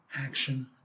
action